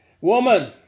Woman